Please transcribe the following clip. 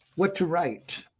what to write?